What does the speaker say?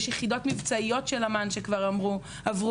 יש יחידות מבצעיות של אמ"ן שכבר עברו.